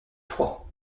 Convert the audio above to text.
froid